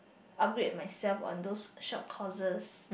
upgrade myself on those short courses